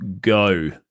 Go